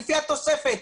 לפי התוספת,